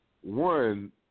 One